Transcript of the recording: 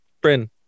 Bryn